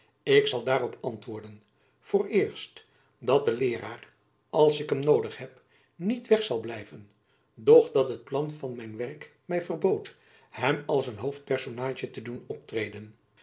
ik zal daarop antwoorden vooreerst dat de leeraar als ik hem noodig heb niet weg zal blijven doch dat het plan van mijn werk my verbood hem als een hoofdpersonaadje te doen optreden